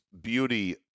beauty